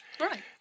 Right